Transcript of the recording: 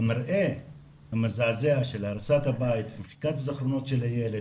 המראה המזעזע של הריסת הבית ומחיקת הזיכרונות של הילד